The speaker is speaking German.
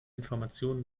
informationen